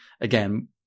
Again